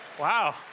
wow